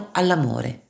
all'amore